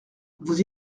vous